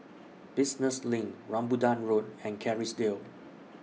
Business LINK Rambutan Road and Kerrisdale